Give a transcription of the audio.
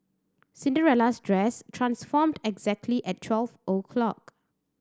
Cinderella's dress transformed exactly at twelve o' clock